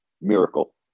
miracle